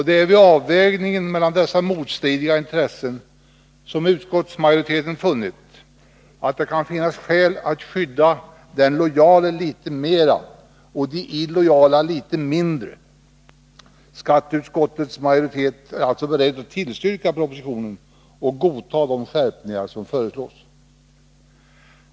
Det är vid avvägningen mellan dessa motstridiga intressen som utskottsmajoriteten funnit att det kan finnas skäl att skydda de lojala litet mera och de illojala litet mindre. Skatteutskottets majoritet är alltså beredd att tillstyrka propositionen och godta de skärpningar som föreslås.